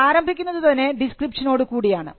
ഇത് ആരംഭിക്കുന്നത് തന്നെ ഡിസ്ക്രിപ്ഷൻനോടുകൂടിയാണ്